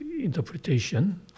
interpretation